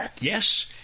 Yes